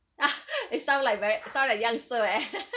it sound like very sound like youngster eh